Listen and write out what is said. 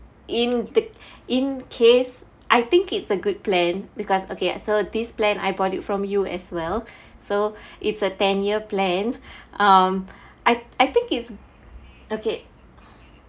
in the in case I think it's a good plan because okay so this plan I bought it from you as well so it's a ten year plan um I I think it's okay